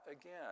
again